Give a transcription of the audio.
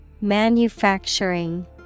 Manufacturing